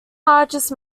largest